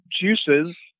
juices